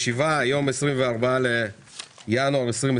היום 24 בינואר 2022